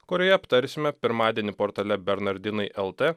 kurioje aptarsime pirmadienį portale bernardinai lt